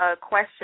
question